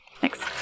Thanks